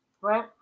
right